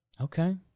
Okay